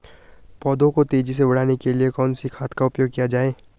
पौधों को तेजी से बढ़ाने के लिए कौन से खाद का उपयोग किया जाए?